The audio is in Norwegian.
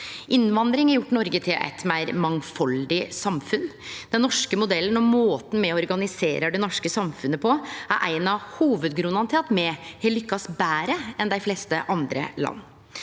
Innvandring har gjort Noreg til eit meir mangfaldig samfunn. Den norske modellen og måten me organiserer det norske samfunnet på, er ein av hovudgrunnane til at me har lykkast betre enn dei fleste andre land.